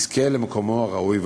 יזכה למקומו הראוי והנכון.